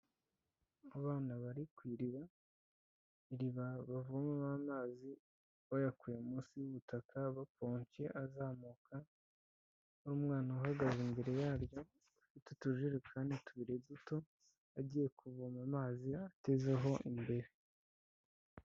Abana bari kw,iriba iriba bavomamo amazi bayakuye munsi y'ubutaka bakonje azamuka n'umwana ahahagaze imbere yaryo y,utujejekani tubiri duto agiye kuvoma amazi atezeho imbere.